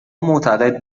معتقد